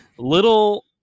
Little